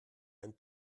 ein